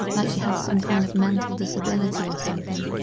like she had some kind of mental disability or something.